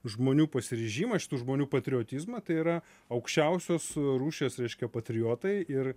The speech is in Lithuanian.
žmonių pasiryžimą šitų žmonių patriotizmą tai yra aukščiausios rūšies reiškia patriotai ir